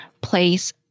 place